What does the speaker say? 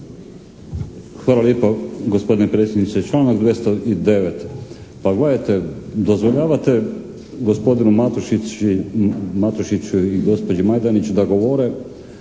Hvala lijepo gospodine predsjedniče. Članak 209. Pa gledajte, dozvoljavate gospodinu Matušiću i gospođi Majdenić da govore